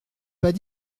pas